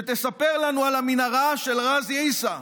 שתספר לנו על המנהרה של ע'אזי עיסא,